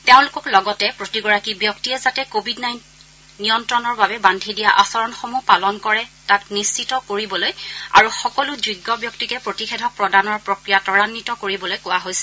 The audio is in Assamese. তেওঁলোকক লগতে প্ৰতিগৰাকী ব্যক্তিয়ে যাতে কভিড নিয়ন্ত্ৰণৰ বাবে বাদ্ধি দিয়া আচৰণসমূহ পালন কৰে তাক নিশ্চিত কৰিবলৈ আৰু সকলো যোগ্য ব্যক্তিকে প্ৰতিষেধক প্ৰদানৰ প্ৰক্ৰিয়া ত্ৰৰাৱিত কৰিবলৈ কোৱা হৈছে